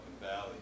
valley